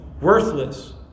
worthless